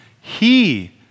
He